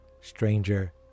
Stranger